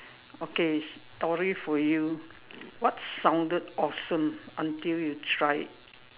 okay story for you what sounded awesome until you try it